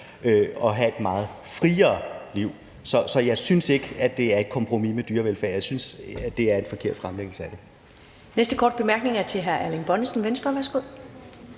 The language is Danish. og have et meget friere liv. Så jeg synes ikke, det er et kompromis med dyrevelfærd, jeg synes, det er en forkert fremlægning af det.